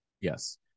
yes